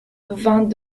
vingt